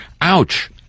Ouch